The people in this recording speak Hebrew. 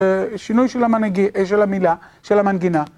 שינוי של המילה של המנגינה